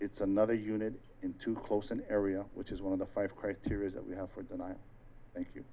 it's another unit in too close an area which is one of the five criteria that we have for that i thank you